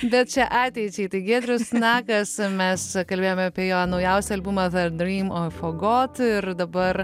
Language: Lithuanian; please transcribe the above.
bet čia ateičiai tai giedrius nakas mes kalbėjome apie jo naujausią albumą ir dabar